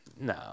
No